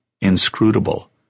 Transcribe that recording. inscrutable